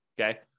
okay